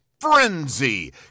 frenzy